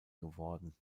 geworden